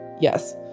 yes